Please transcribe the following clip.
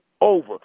over